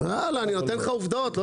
אתה ממציא לי --- אבל אני נותן לך עובדות,